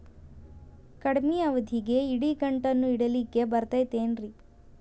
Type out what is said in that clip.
ಕಡಮಿ ಅವಧಿಗೆ ಇಡಿಗಂಟನ್ನು ಇಡಲಿಕ್ಕೆ ಬರತೈತೇನ್ರೇ?